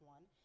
One